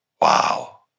Wow